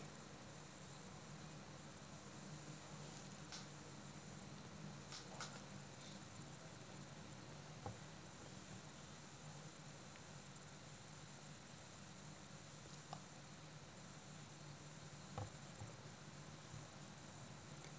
ah